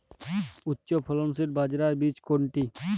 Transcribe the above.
উচ্চফলনশীল বাজরার বীজ কোনটি?